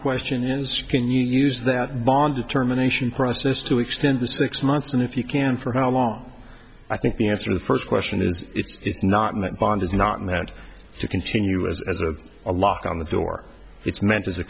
question is can you use that bond determination process to extend the six months and if you can for how long i think the answer to the first question is it's not met bond is not meant to continue as as a a lock on the door it's meant as a